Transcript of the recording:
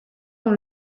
dans